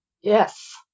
yes